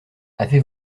avez